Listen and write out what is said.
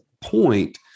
point